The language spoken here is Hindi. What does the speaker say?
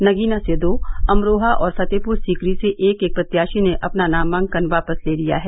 नगीना से दो अमरोहा और फतेहप्र सीकरी से एक एक प्रत्याशी ने अपना नामांकन वापस ले लिया है